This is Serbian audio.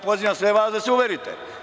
Pozivam sve vas da se uverite.